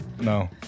No